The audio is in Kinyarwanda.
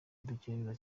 dutekereza